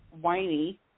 whiny